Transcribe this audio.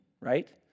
right